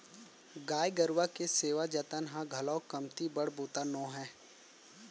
गाय गरूवा के सेवा जतन ह घलौ कमती बड़ बूता नो हय